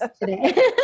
today